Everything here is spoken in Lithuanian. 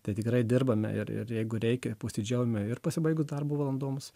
tai tikrai dirbame ir ir jeigu reikia posėdžiaujame ir pasibaigus darbo valandoms